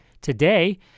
today